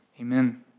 Amen